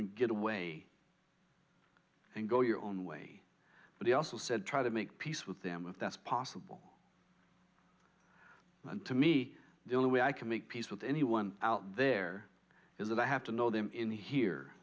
and get away and go your own way but he also said try to make peace with them if that's possible and to me the only way i can make peace with anyone out there is that i have to know them in here